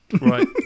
Right